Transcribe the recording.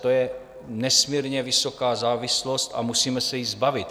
To je nesmírně vysoká závislost a musíme se jí zbavit.